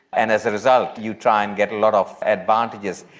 and as a result you try and get a lot of advantages.